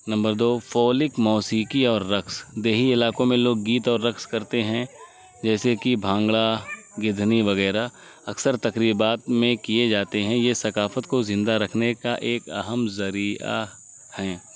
number دو folk موسیقی اور رقص دیہی علاقوں میں لوک گیت اور رقص کرتے ہیں جیسے کہ بھانگڑا گدھنی وغیرہ اکثر تقریبات میں کیے جاتے ہیں یہ ثقافت کو زندہ رکھنے کا ایک اہم ذریعہ ہیں